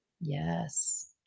Yes